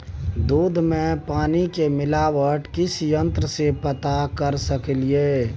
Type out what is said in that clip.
दूध में पानी के मिलावट किस यंत्र से पता कर सकलिए?